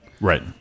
Right